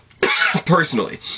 personally